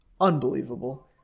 Unbelievable